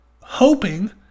hoping